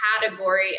category